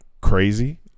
crazy